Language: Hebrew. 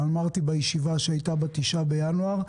ואמרתי בישיבה שהייתה ב-9 בינואר,